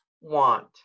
want